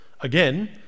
Again